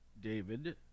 David